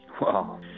Wow